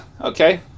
okay